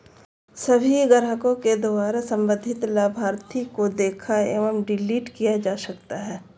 सभी ग्राहकों के द्वारा सम्बन्धित लाभार्थी को देखा एवं डिलीट किया जा सकता है